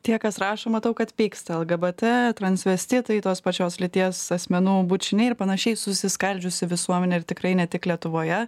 tie kas rašo matau kad pyksta lgbt transvestitai tos pačios lyties asmenų bučiniai ir panašiai susiskaldžiusi visuomenė ir tikrai ne tik lietuvoje